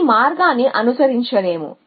కాబట్టి ఈ మార్గాన్ని అనుసరించలేము